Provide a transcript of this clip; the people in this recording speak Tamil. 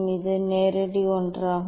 இது நேரடி ஒன்றாகும்